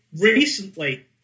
Recently